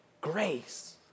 grace